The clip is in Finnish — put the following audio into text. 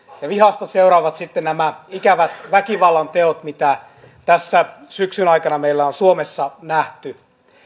ja vihasta seuraavat sitten nämä ikävät väkivallanteot mitä tässä syksyn aikana meillä on suomessa nähty